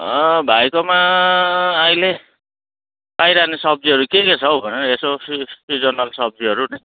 भाइकोमा अहिले पाइरहने सब्जीहरू के के छ हौ भनेर यसो सि सिजनल सब्जीहरू नि